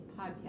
podcast